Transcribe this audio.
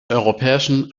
europäischen